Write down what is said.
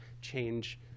change